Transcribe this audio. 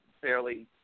fairly